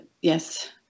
yes